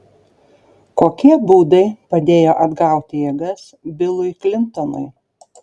kokie būdai padėjo atgauti jėgas bilui klintonui